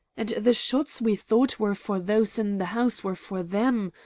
and the shots we thought were for those in the house were for them!